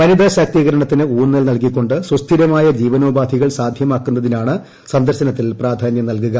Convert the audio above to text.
വനിതാ ശാക്തീകരണത്തിന് ഊന്നൽ നൽകിക്കൊണ്ട് സുസ്ഥിരമായ ജീവനോപാധികൾ സാധ്യമാക്കുന്നതിനാണ് സന്ദർശനത്തിൽ പ്രാധാന്യം നൽകുക